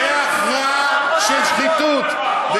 ריח רע של שחיתות.